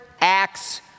acts